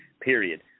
period